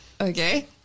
Okay